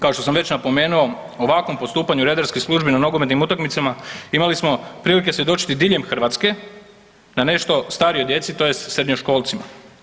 Kao što sam već napomenuo ovakvom postupanju redarskih službi na nogometnim utakmicama imali smo prilike svjedočiti diljem Hrvatske na nešto starijoj djeci tj. srednjoškolcima.